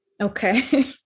Okay